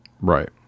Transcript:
Right